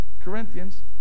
Corinthians